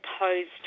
opposed